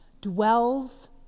dwells